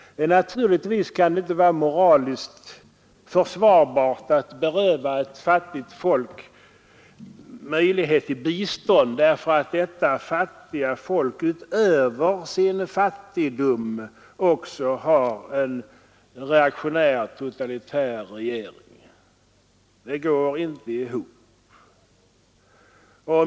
Naturligtvis kan det inte vara moraliskt försvarbart att beröva ett fattigt folk möjlighet till bistånd därför att detta folk utöver sin fattigdom också har en reaktionär totalitär regering. Det går inte ihop.